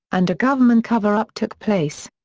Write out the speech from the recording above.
and a government cover-up took place.